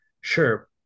sure